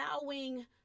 allowing